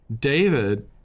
David